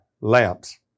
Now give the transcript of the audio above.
lamps